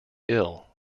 ill